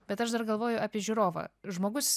bet aš dar galvoju apie žiūrovą žmogus